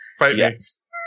Yes